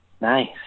Nice